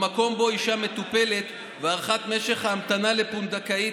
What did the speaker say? במקום שבו אישה מטופלת והארכת משך ההמתנה לפונדקאית